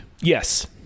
yes